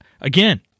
again